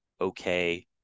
okay